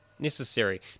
necessary